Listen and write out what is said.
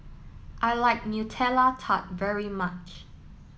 I like Nutella Tart very much